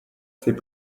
c’est